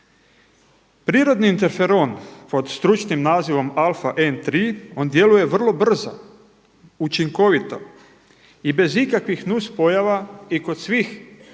Prirodni interferon pod stručnim nazivom alfa N3 on djeluje vrlo brzo, učinkovito i bez ikakvih nus pojava i kod svih